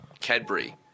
Cadbury